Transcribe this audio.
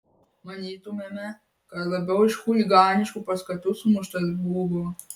manytumėme kad labiau iš chuliganiškų paskatų sumuštas buvo